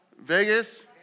Vegas